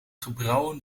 gebrouwen